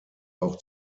auch